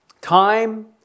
time